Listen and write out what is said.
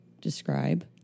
describe